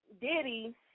diddy